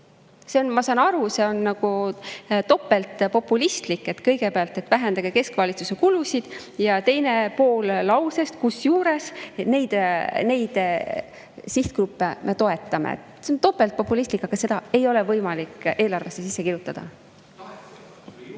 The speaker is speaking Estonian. ma saan aru, topeltpopulistlik, et kõigepealt vähendage keskvalitsuse kulusid ja teine pool lausest: "kusjuures neid sihtgruppe me toetame". See on topeltpopulistlik, aga seda ei ole võimalik eelarvesse sisse kirjutada.